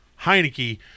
Heineke